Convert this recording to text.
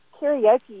karaoke